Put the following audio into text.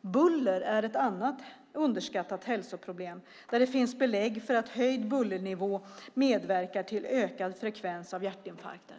Buller är ett annat underskattat hälsoproblem. Det finns belägg för att en höjd bullernivå medverkar till en ökad frekvens av hjärtinfarkter.